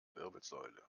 wirbelsäule